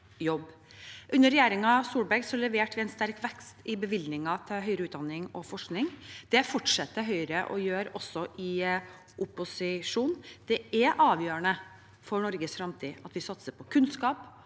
Under regjeringen Solberg leverte vi en sterk vekst i bevilgninger til høyere utdanning og forskning. Det fortsetter Høyre å gjøre også i opposisjon. Det er avgjørende for Norges fremtid at vi satser på kunnskap